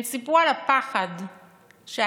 הם סיפרו על הפחד שהתיוג